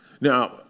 Now